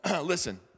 Listen